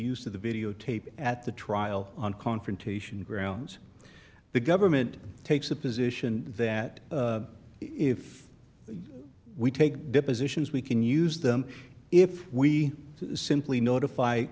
use of the videotape at the trial on confrontation grounds the government takes the position that if we take depositions we can use them if we simply notify